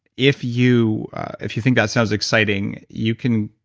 if you if you think that sounds exciting, you can.